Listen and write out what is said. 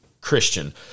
Christian